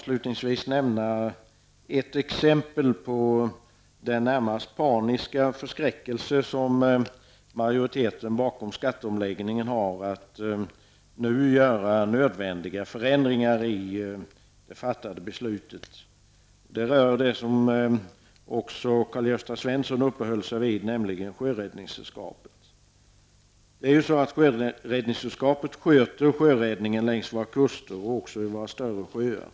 Låt mig ge ett exempel på den närmast paniska förskräckelse med vilken staten till följd av skatteomläggningen måste göra nödvändiga förändringar i det fattade beslutet. Det rör också det som Karl-Gösta Svenson uppehöll sig vid, nämligen Sjöräddningssällskapet. Sjöräddningssällskapet sköter sjöräddningen längs våra kuster och även i våra större sjöar.